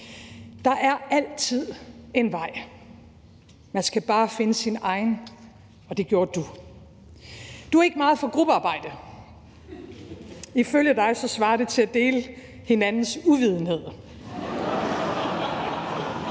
Der er altid en vej, man skal bare finde sin egen, og det gjorde du. Du er ikke meget for gruppearbejde. Ifølge dig svarer det til at dele hinandens uvidenhed.